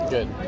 Good